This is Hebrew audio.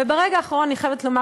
וברגע האחרון אני חייבת לומר,